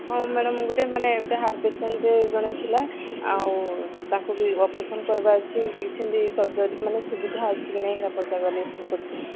ହଁ ମ୍ୟାଡମ ଗୋଟେ ମାନେ ଗୋଟେ ହାର୍ଟ ପେସେଣ୍ଟଟେ ଜଣେ ଥିଲା ଆଉ ତାଙ୍କୁ ବି ଅପରେସନ କରିବାର ଅଛି ସେମିତି ସର୍ଜରୀ ମାନେ ସୁବିଧା ଅଛି କି ନାହିଁ ସେଟା ପଚାରିବା ପାଇଁ ଫୋନ କରିଥିଲି